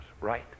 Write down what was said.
right